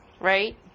Right